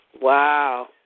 Wow